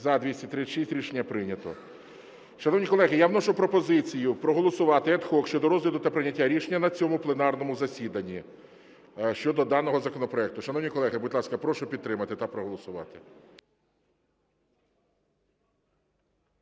За-236 Рішення прийнято. Шановні колеги, я вношу пропозицію проголосувати ad hoc щодо розгляду та прийняття рішення на цьому пленарному засіданні щодо даного законопроекту. Шановні колеги, будь ласка, прошу підтримати та проголосувати.